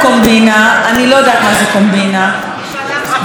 ועל החוק הזה אנחנו עכשיו הולכים להצביע.